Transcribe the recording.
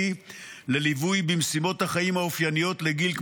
לליווי במשימות החיים האופייניות לגיל,